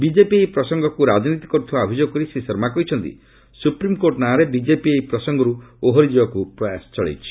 BJP ଏହି ପ୍ରସଙ୍ଗକୁ ରାଜନୀତି କରୁଥିବା ଅଭିଯୋଗ କରି ଶ୍ରୀ ଶର୍ମା କହିଛନ୍ତି ସୁପ୍ରିମ୍କୋର୍ଟ ନାଁରେ ବିଜେପି ଏହି ପ୍ରସଙ୍ଗରୁ ଓହରି ଯିବାକୁ ପ୍ରୟାସ ଚଳାଇଛି